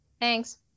Thanks